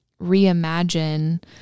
reimagine